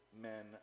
men